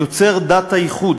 יוצר דת הייחוד,